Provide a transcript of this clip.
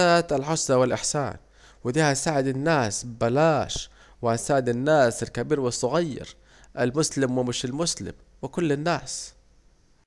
مؤسسة الحسنى والاحسان ودي هنساعد الناس بلاش وهنساعد الناس الكبير والصغير المسلم ومش المسلم وكل الناس